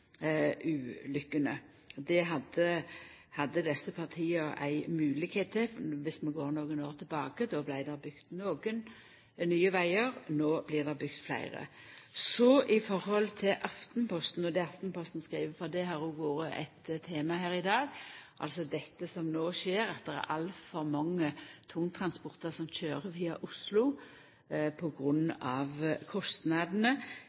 og forbetringar vil vera med og redusera talet på ulykker. Det hadde desse partia ei moglegheit til, dersom vi går nokre år tilbake, då vart det bygd nokre nye vegar. No blir det bygd fleire. Så i høve til det Aftenposten skriv, for det har òg vore eit tema her i dag, altså at det